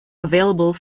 available